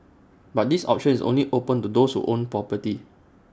but this option is only open to those who own property